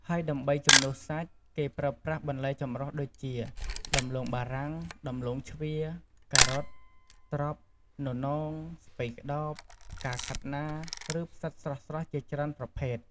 ហើយដើម្បីជំនួសសាច់ គេប្រើប្រាស់បន្លែចម្រុះដូចជា ដំឡូងបារាំង ដំឡូងជ្វា ការ៉ុត ត្រប់ ននោង ស្ពៃក្ដោប ផ្កាខាត់ណា ឬផ្សិតស្រស់ៗជាច្រើនប្រភេទ។